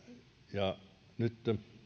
nyt